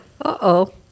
Uh-oh